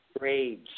rage